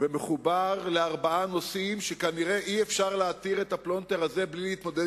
ומחובר לארבעה נושאים שכנראה בלי להתמודד